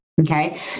Okay